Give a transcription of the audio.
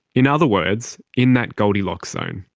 in other words in that goldilocks zone.